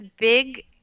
big